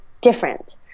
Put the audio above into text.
different